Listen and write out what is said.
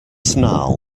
snarl